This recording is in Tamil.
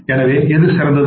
எனவே எது சிறந்தது